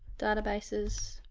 databases,